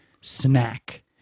snack